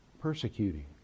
persecuting